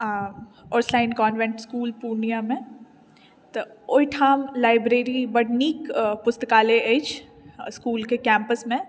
Ursuline convent पूर्णियाँमे तऽ ओहिठाम लाइब्रेरी बड्ड नीक पुस्तकालय अछि इसकुलके कैम्पसमे